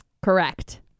Correct